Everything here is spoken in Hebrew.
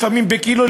לפעמים בקילו,